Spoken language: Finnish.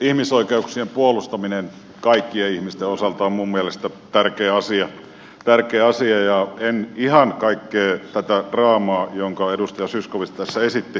ihmisoikeuksien puolustaminen kaikkien ihmisten osalta on minun mielestäni tärkeä asia ja en ihan kaikkea tätä draamaa jonka edustaja zyskowicz tässä esitti ymmärtänyt